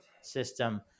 system